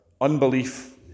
Unbelief